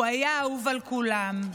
הוא היה אהוב על כולם.